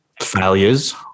failures